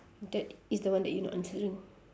that is the one that you not answering